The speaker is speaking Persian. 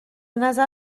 نظر